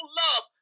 love